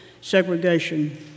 segregation